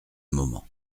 moment